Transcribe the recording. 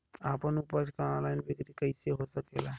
आपन उपज क ऑनलाइन बिक्री कइसे हो सकेला?